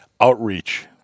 outreach